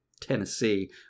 Tennessee